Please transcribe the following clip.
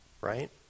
Right